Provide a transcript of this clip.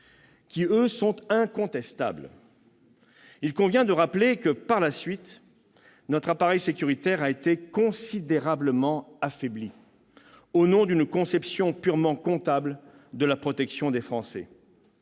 qui, eux, sont incontestables. Il convient de rappeler que, par la suite, notre appareil sécuritaire a été considérablement affaibli, au nom d'une conception purement comptable de la protection des Français.